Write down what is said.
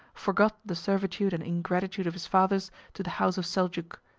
forgot the servitude and ingratitude of his fathers to the house of seljuk.